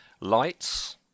Lights